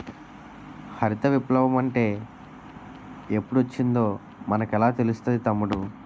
హరిత విప్లవ మంటే ఎప్పుడొచ్చిందో మనకెలా తెలుస్తాది తమ్ముడూ?